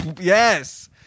yes